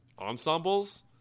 ensembles